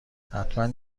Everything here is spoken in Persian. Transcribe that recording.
حتما